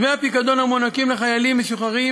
דמי הפיקדון המוענקים לחיילים המשוחררים